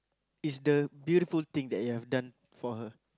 is the beautiful thing that you have done for her